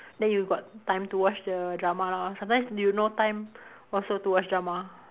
then you got time to watch the drama lah sometimes you no time also to watch drama